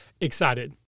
Excited